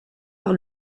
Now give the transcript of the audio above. par